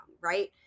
right